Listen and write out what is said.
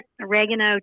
oregano